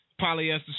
polyester